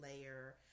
layer